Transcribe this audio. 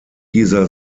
dieser